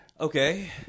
Okay